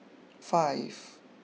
five